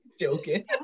Joking